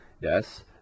Yes